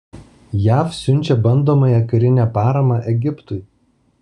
jav siunčia bandomąją karinę paramą egiptui